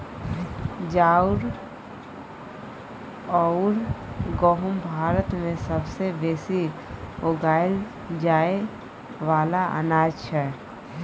चाउर अउर गहुँम भारत मे सबसे बेसी उगाएल जाए वाला अनाज छै